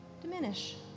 diminish